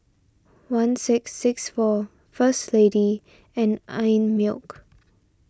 one six six four First Lady and Einmilk